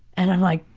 and i'm like,